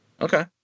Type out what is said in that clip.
Okay